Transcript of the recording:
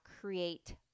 create